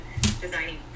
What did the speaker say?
designing